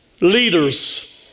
Leaders